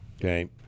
Okay